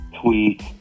tweet